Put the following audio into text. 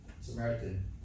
Samaritan